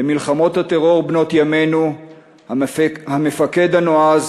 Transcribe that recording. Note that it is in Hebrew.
במלחמות הטרור בנות ימינו המפקד הנועז